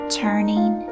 turning